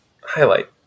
highlight